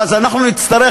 ואז אנחנו נצטרך,